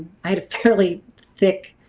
i had a fairly thick